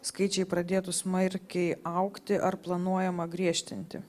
skaičiai pradėtų smarkiai augti ar planuojama griežtinti